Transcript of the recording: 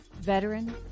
veteran